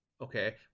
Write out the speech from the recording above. Okay